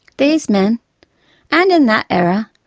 these men and in that era,